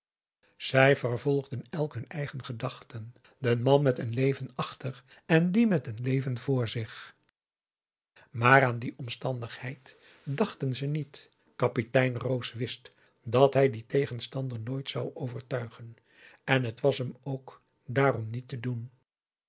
zij vervolgden elk hun eigen gedachten de man met een leven achter en die met een leven vr zich maar aan die omstandigheid dachten ze niet kapitein roos wist dat hij dien tegenstander nooit zou overtuigen en het was hem ook daarom niet te doen